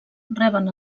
reben